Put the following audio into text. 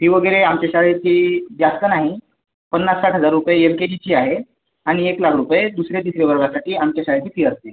fee वगैरे आमच्या शाळेची जास्त नाही पन्नास साठ हजार रुपये एम के जीची आहे आणि एक लाख रुपये दुसऱ्या तिसऱ्या वर्गासाठी आमच्या शाळेची फी असते